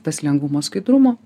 tas lengvumo skaidrumo